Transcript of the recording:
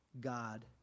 God